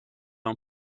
and